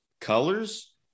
Colors